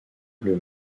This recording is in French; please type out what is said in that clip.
plus